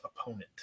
opponent